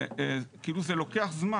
זה לוקח זמן.